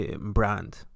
brand